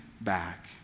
back